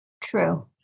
True